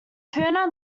puna